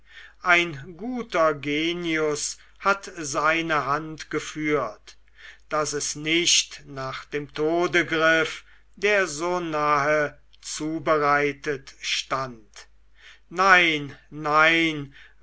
ein guter genius hat seine hand geführt daß es nicht nach dem tode griff der so nahe zubereitet stand nein nein